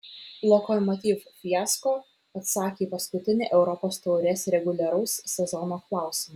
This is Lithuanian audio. lokomotiv fiasko atsakė į paskutinį europos taurės reguliaraus sezono klausimą